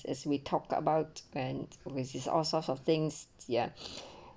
as we talked about and we is all sorts of things ya